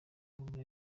muri